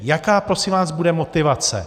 Jaká prosím vás bude motivace?